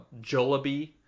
Jollibee